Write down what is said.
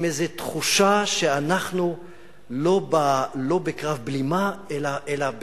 עם איזה תחושה שאנחנו לא בקרב בלימה, אלא בקרב,